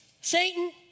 Satan